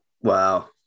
wow